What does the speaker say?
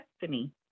destiny